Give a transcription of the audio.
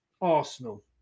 Arsenal